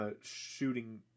shooting